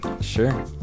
Sure